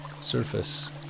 surface